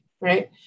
right